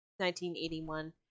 1981